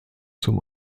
zum